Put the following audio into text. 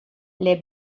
les